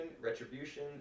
retribution